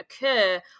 occur